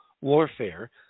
warfare